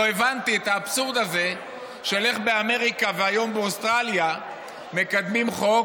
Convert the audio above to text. לא הבנתי את האבסורד הזה של איך באמריקה והיום באוסטרליה מקדמים חוק,